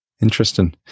interesting